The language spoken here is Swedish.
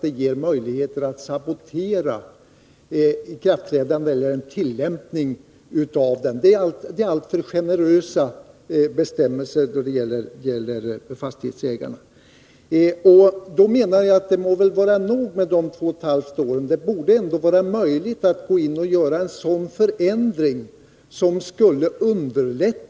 På grund av en uppmärksammad affär har ett par direktörer i domänverket ställt sina platser till förfogande. Domänverkets direktör har meddelat sin avsikt att göra en intern utredning av fallet. Samtidigt har JK meddelat att han är förhindrad utreda affären. Han hänvisar till att det är fråga om ett bolag och inte en statlig myndighet.